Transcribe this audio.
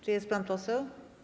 Czy jest pan poseł?